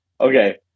Okay